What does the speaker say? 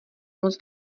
moc